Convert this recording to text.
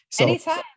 Anytime